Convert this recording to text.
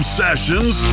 sessions